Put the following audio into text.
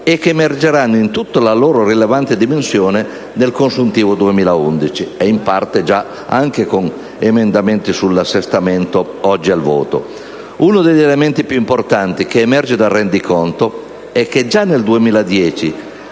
e che emergeranno in tutta la loro rilevante dimensione nel consuntivo 2011 e in parte già con emendamenti sull'assestamento oggi al voto. Uno degli elementi più importanti che emerge dal rendiconto è che già nel 2010,